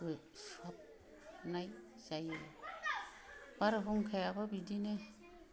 सुहाबनाय जायो बारहुंखायाबो बिदिनो